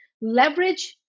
leverage